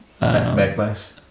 backlash